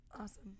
awesome